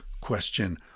question